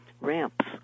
ramps